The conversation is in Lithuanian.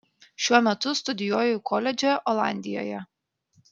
šiuo metu studijuoju koledže olandijoje